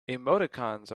emoticons